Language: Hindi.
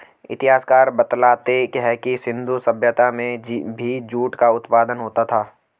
इतिहासकार बतलाते हैं कि सिन्धु सभ्यता में भी जूट का उत्पादन होता था